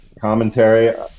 commentary